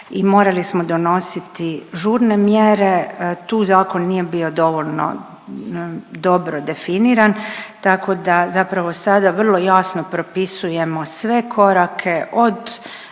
morali smo donositi žurne mjere, tu zakon nije bio dovoljno dobro definiran, tako da sada vrlo jasno propisujemo sve korake, od